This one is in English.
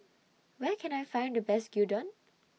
Where Can I Find The Best Gyudon